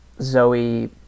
Zoe